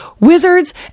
wizards